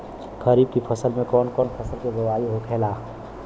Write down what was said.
खरीफ की फसल में कौन कौन फसल के बोवाई होखेला?